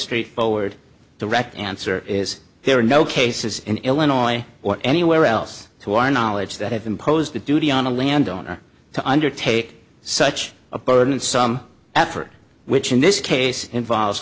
straightforward direct answer is there are no cases in illinois or anywhere else to our knowledge that have imposed a duty on a landowner to undertake such a burden some effort which in this case involves